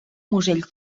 musell